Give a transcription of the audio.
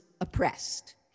oppressed